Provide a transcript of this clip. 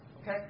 Okay